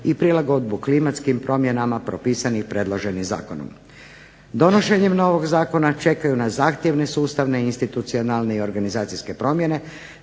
i prilagodbu klimatskim promjenama propisanih predloženim zakonom. Donošenjem novog zakona čekaju nas zahtjevne sustavne institucionalne i organizacijske promjene